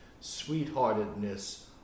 sweetheartedness